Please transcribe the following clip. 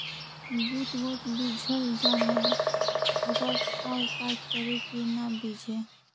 बुट बहुत बिजझ जा हे ओकर का उपाय करियै कि न बिजझे?